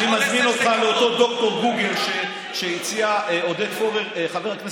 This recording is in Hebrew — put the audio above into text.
לכן אני מזמין אותך לאותו ד"ר גוגל שהציע עודד פורר,